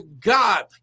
God